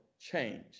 change